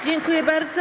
Dziękuję bardzo.